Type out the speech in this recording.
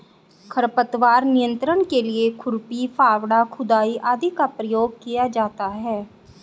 खरपतवार नियंत्रण के लिए खुरपी, फावड़ा, खुदाई आदि का प्रयोग किया जाता है